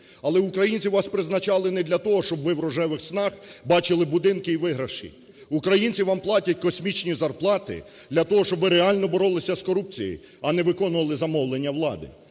Але українці вас призначали не для того, щоб ви в "рожевих" снах бачили будинки і виграші. Українці вам платять космічні зарплати для того, щоб ви реально боролися з корупцією, а не виконували замовлення влади.